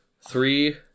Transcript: Three